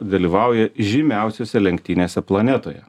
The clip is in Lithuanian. dalyvauja žymiausiose lenktynėse planetoje